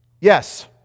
yes